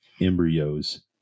embryos